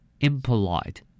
Impolite